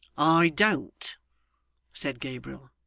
i don't said gabriel